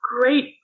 great